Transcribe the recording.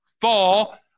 fall